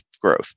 growth